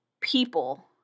people